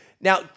now